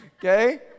Okay